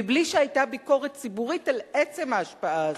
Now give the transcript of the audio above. מבלי שהיתה ביקורת ציבורית על עצם ההשפעה הזאת.